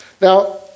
Now